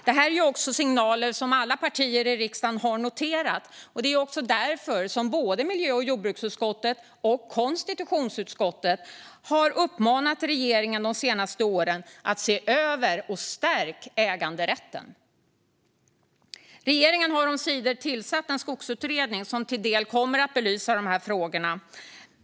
Detta är signaler som alla partier i riksdagen har noterat, och det är också därför både miljö och jordbruksutskottet och konstitutionsutskottet de senaste åren har uppmanat regeringen att se över och stärka äganderätten. Regeringen har sent omsider tillsatt en skogsutredning som till del kommer att belysa dessa frågor.